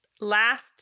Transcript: last